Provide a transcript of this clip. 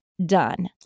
Done